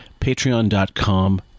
patreon.com